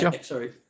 Sorry